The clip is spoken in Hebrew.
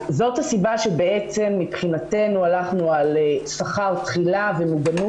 זאת הסיבה שמבחינתנו הלכנו על שכר תחילה ומוגנות